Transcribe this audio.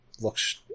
looks